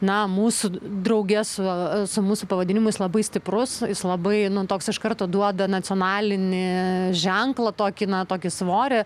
na mūsų drauge su su mūsų pavadinimu jis labai stiprus jis labai nu toks iš karto duoda nacionalinį ženklą tokį na tokį svorį